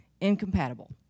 incompatible